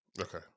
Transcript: Okay